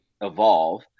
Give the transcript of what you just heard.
evolve